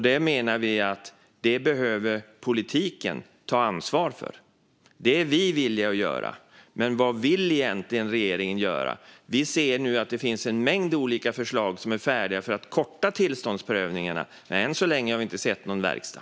Det menar vi att politiken behöver ta ansvar för. Det är vi villiga att göra. Men vad vill egentligen regeringen göra? Vi ser nu att det finns en mängd olika förslag som är färdiga för att korta tillståndsprövningarna, men än så länge har vi inte sett någon verkstad.